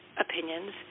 opinions